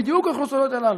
ואלו בדיוק האוכלוסיות הללו,